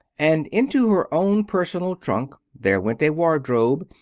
and into her own personal trunk there went a wardrobe,